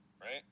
Right